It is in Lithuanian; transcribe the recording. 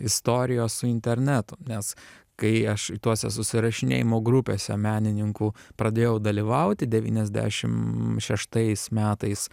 istorijos su internetu nes kai aš tose susirašinėjimo grupėse menininkų pradėjau dalyvauti devyniasdešim šeštais metais